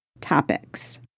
topics